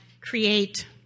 create